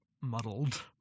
muddled